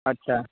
اچھا